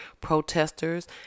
protesters